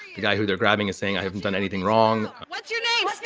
the guy who they're grabbing is saying, i haven't done anything wrong what's your name?